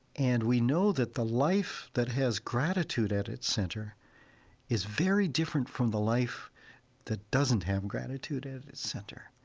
and we know that the life that has gratitude at its center is very different from the life that doesn't have gratitude at its center.